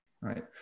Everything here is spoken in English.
right